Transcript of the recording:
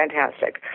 fantastic